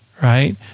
right